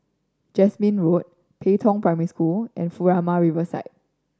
Jasmine Road Pei Tong Primary School and Furama Riverfront